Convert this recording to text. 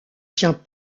tient